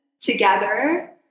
together